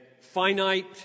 finite